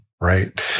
Right